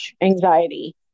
anxiety